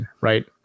right